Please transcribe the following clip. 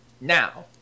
now